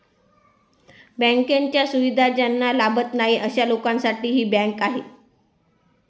बँकांच्या सुविधा ज्यांना लाभत नाही अशा लोकांसाठी ही बँक आहे